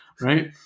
Right